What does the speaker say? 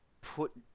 put